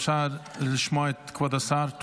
אפשר לשמוע את כבוד השר?